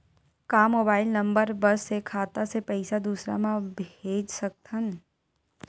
का mobile number बस से खाता से पईसा दूसरा मा भेज सकथन?